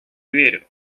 верю